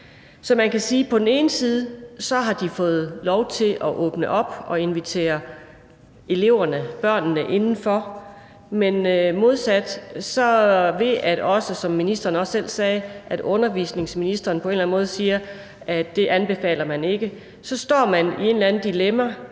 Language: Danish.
Så man kan sige, at på den ene side har de fået lov til at åbne op og invitere eleverne, børnene, indenfor, men på den anden side er det sådan – som erhvervsministeren også selv sagde – at ved at undervisningsministeren siger, at det anbefaler man ikke, så står de i et dilemma